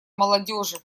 молодежи